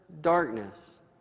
darkness